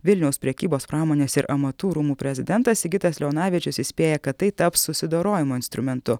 vilniaus prekybos pramonės ir amatų rūmų prezidentas sigitas leonavičius įspėja kad tai taps susidorojimo instrumentu